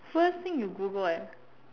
first thing you Google eh